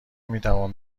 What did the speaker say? میتوان